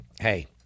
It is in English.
hey